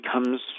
becomes